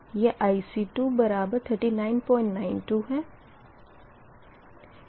यह IC23992 है